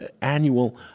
annual